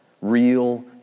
Real